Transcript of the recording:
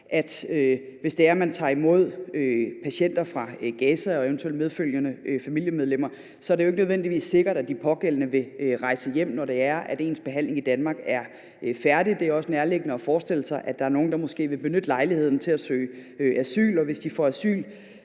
at hvis det er, man tager imod patienter fra Gaza og eventuelt medfølgende familiemedlemmer, er det jo ikke nødvendigvis sikkert, at de pågældende vil rejse hjem, når det er, at behandlingen i Danmark er færdig. Det er også nærliggende at forestille sig, at der er nogle, der måske vil benytte lejligheden til at søge asyl, og hvis de får asyl,